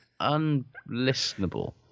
unlistenable